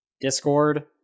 Discord